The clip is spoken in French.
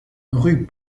rue